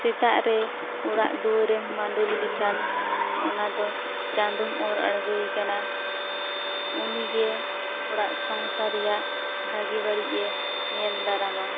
ᱥᱮᱛᱟᱜ ᱨᱮ ᱚᱲᱟᱜ ᱫᱩᱭᱟᱹᱨ ᱮᱢ ᱢᱟᱹᱰᱳᱞᱤ ᱞᱮᱠᱷᱟᱱ ᱚᱱᱟ ᱫᱚ ᱪᱟᱸᱫᱚᱢ ᱚᱨ ᱟᱬᱜᱚᱭᱮ ᱠᱟᱱᱟ ᱩᱱᱤ ᱜᱮ ᱚᱲᱟᱜ ᱥᱚᱝᱥᱟᱨ ᱨᱮᱭᱟᱜ ᱵᱷᱟᱹᱜᱮ ᱵᱟᱹᱲᱤᱡ ᱮ ᱧᱮᱞ ᱫᱟᱨᱟᱢᱟ